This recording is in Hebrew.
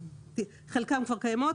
חלקן כבר קיימות.